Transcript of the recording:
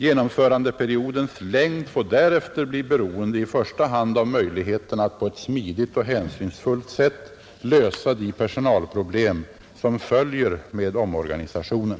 Genomförandeperiodens längd får därefter bli beroende i första hand av möjligheterna att på ett smidigt och hänsynsfullt sätt lösa de personalproblem som följer med omorganisationen,